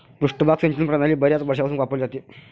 पृष्ठभाग सिंचन प्रणाली बर्याच वर्षांपासून वापरली जाते